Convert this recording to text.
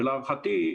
ולהערכתי,